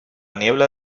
niebla